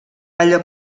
allò